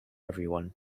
everyone